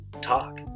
talk